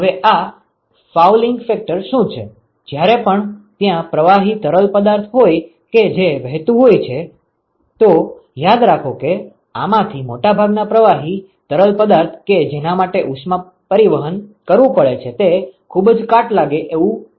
હવે આ fouling factor શું છે જ્યારે પણ ત્યાં પ્રવાહી તરલ પદાર્થ હોય કે જે વહેતું હોય છે તો યાદ રાખો કે આમાંથી મોટાભાગના પ્રવાહી તરલ પદાર્થ કે જેના માટે ઉષ્મા પરિવહન કરવું પડે છે તે ખૂબ જ કાટ લાગે એવુ હોય છે